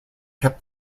kept